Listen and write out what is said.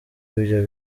ibyo